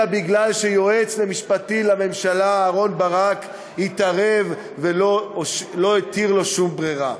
אלא מפני שהיועץ המשפטי לממשלה אהרן ברק התערב ולא הותיר לו שום ברירה.